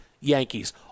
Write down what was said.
Yankees